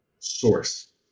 source